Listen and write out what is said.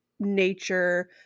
nature